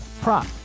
prop